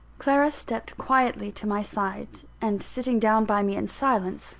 clara stepped quietly to my side and sitting down by me in silence,